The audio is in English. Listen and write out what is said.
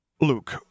Luke